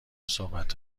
صحبت